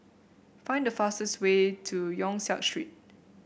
find the fastest way to Yong Siak Street